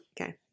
Okay